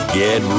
get